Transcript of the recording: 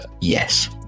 Yes